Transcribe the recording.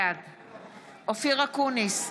בעד אופיר אקוניס,